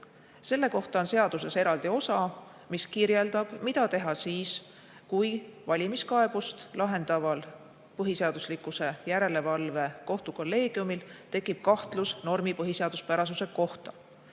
Selle kohta on seaduses eraldi osa, mis kirjeldab, mida teha siis, kui valimiskaebust lahendaval põhiseaduslikkuse järelevalve kohtu kolleegiumil tekib kahtlus normi põhiseaduspärasuse kohta.